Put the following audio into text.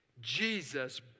Jesus